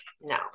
no